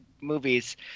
movies